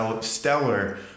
stellar